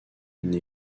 une